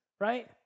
right